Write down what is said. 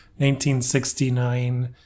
1969